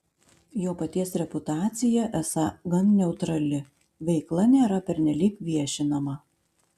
jo paties reputacija esą gan neutrali veikla nėra pernelyg viešinama